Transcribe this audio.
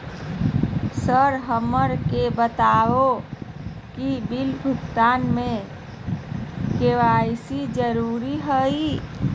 Sir हमरा के बताओ कि बिल भुगतान में के.वाई.सी जरूरी हाई?